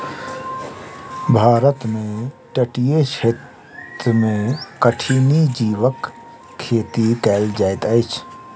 भारत में तटीय क्षेत्र में कठिनी जीवक खेती कयल जाइत अछि